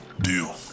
Deal